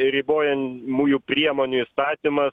ribojamųjų priemonių įstatymas